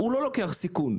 הוא לא לוקח סיכון,